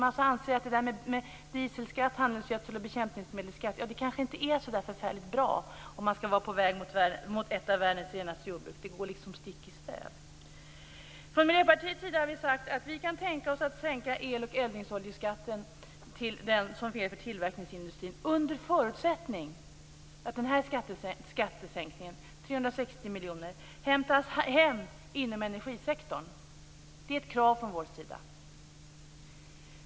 De anser att detta med dieselskatt, handelsgödsel och bekämpningsmedelsskatt kanske inte är så förfärligt bra om man skall vara på väg mot ett av världens renaste jordbruk. Det går liksom stick i stäv. Vi i Miljöpartiet har sagt att vi kan tänka oss att sänka el och eldningsoljeskatten till den nivå som gäller för tillverkningsindustrin under förutsättning att den här skattesänkningen, 360 miljoner, hämtas hem inom energisektorn. Det är ett krav från vår sida.